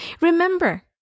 Remember